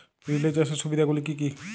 Relay চাষের সুবিধা গুলি কি কি?